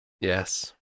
yes